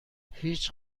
هیچ